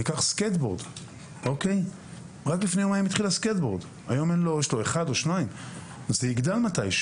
ניקח למשל את תחום הסקייטבורד שהתחיל לא מזמן והוא יגדל בעתיד.